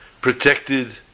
protected